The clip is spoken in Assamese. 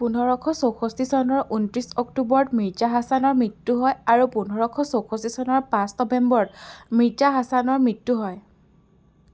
পোন্ধৰশ চৌষষ্ঠী চনৰ ঊনত্ৰিছ অক্টোবৰত মিৰ্জা হাছানৰ মৃত্যু হয় আৰু পোন্ধৰশ চৌষষ্ঠী চনৰ পাঁচ নৱেম্বৰত মিৰ্জা হাছানৰ মৃত্যু হয়